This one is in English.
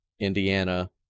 Indiana